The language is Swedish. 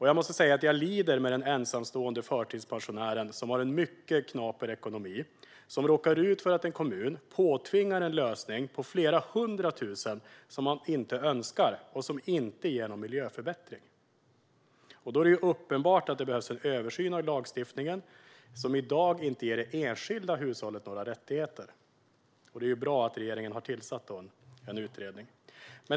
Jag måste säga att jag lider med den ensamstående förtidspensionären, som har en mycket knaper ekonomi, som råkar ut för att en kommun påtvingar en lösning till en kostnad av flera hundra tusen som man inte önskar och som inte ger någon miljöförbättring. Det är uppenbart att det behövs en översyn av lagstiftningen, som i dag inte ger det enskilda hushållet några rättigheter. Därför är det bra att regeringen har tillsatt en utredning.